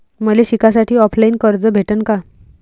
मले शिकासाठी ऑफलाईन कर्ज भेटन का?